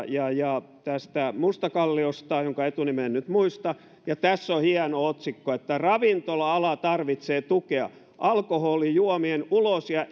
ja ja tästä mustakalliosta jonka etunimeä en nyt muista ja tässä on on hieno otsikko ravintola ala tarvitsee tukea alkoholijuomien ulos ja